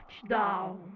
Touchdown